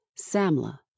Samla